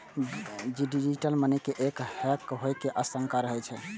digital money के hack होइ के आशंका रहै छै